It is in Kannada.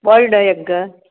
boiled egg